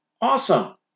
awesome